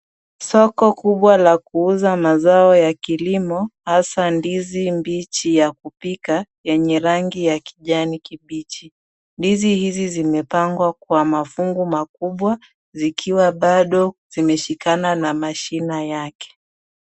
Soko kubwa la kuuza mazao ya kilimo, hasa ndizi mbichi ya kupika yenye rangi ya kijani kibichi. Ndizi hizi zimepangwa kwa mafungu makubwa zikiwa bado zimeshikana na mashina yake.